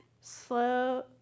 Slow